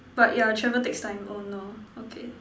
but yeah travel takes time oh no okay